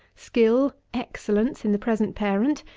skill, excellence, in the present parent,